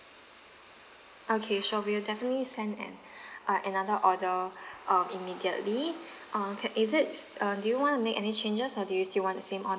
okay sure we'll definitely send an uh another order uh immediately uh can is it uh do you want to make any changes or do you still want the same